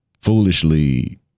foolishly